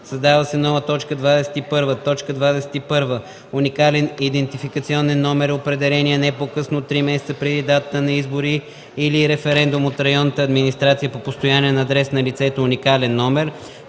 Създава се нова т. 21: „21. „Уникален идентификационен номер” е определеният не по-късно от три месеца преди датата на избори или референдум от районната администрация по постоянен адрес на лицето уникален номер,